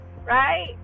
right